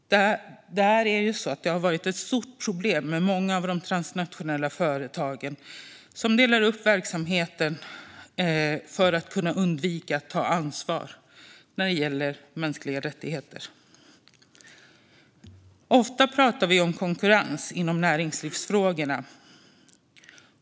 Det har varit ett stort problem att många av de transnationella företagen delar upp verksamheten för att kunna undvika att ta ansvar när det gäller mänskliga rättigheter. Ofta pratar vi om konkurrens när det gäller näringslivsfrågorna.